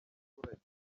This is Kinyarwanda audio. abaturage